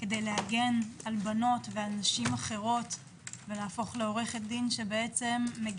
כדי להגן על בנות ועל נשים אחרות ולהפוך לעורכת דין שמגנה,